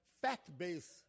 fact-based